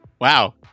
Wow